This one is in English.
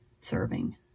serving